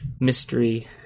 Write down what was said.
mystery